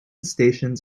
stations